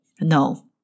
No